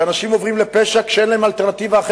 שאנשים עוברים לפשע כשאין להם אלטרנטיבה,